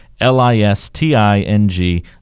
L-I-S-T-I-N-G